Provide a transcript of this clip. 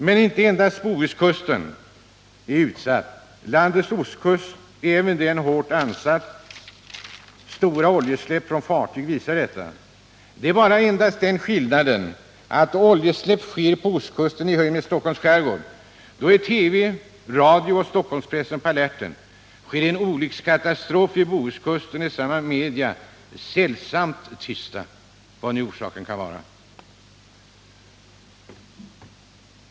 Men inte endast Bohuskusten är utsatt. Landets ostkust är även den hårt ansatt. Stora oljeutsläpp från fartyg visar detta. Det är bara den skillnaden att då oljeutsläpp sker på ostkusten i höjd med Stockholms skärgård är TV, radio och Stockholmspressen på alerten. Sker en oljekatastrof vid Bohuskusten, är samma media sällsamt tysta, vad nu orsaken kan vara.